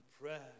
prayer